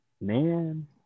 man